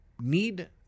need